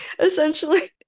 essentially